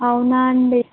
అవునా అండి